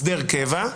הסדר קבע,